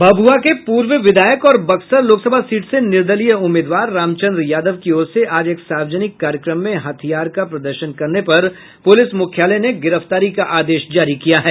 भभुआ के पूर्व विधायक और बक्सर लोकसभा सीट से निर्दलीय उम्मीदवार रामचंद्र यादव की ओर से आज एक सार्वजनिक कार्यक्रम में हथियार का प्रदर्शन करने पर पुलिस मुख्यालय ने गिरफ्तारी का आदेश जारी किया है